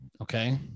Okay